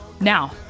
Now